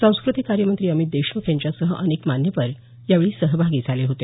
सांस्कृतिक कार्य मंत्री अमित देशमुख यांच्यासह अनेक मान्यवर यावेळी सहभागी झाले होते